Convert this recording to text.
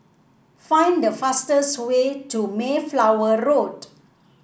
find the fastest way to Mayflower Road